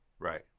Right